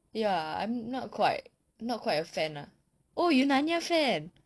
ya I'm not quite not quite a fan oh you narnia fan